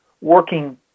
working